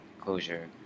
closure